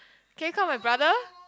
can you call my brother